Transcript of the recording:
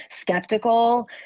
skeptical